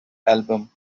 album